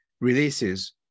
releases